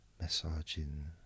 Massaging